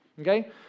okay